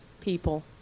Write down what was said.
People